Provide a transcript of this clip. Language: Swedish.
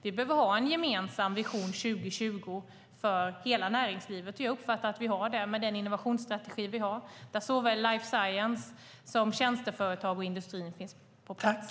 Vi behöver ha en gemensam vision 2020 för hela näringslivet, och jag uppfattar det som att vi har det med den innovationsstrategi vi har där såväl life science som tjänsteföretag och industri finns på plats.